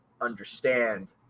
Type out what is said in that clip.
understand